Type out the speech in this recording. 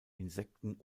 insekten